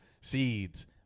seeds